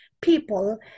people